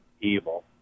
evil